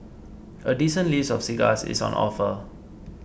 a decent list of cigars is on offer